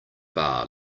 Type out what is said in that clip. bar